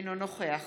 אינו נוכח